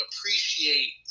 appreciate